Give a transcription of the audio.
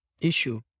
issue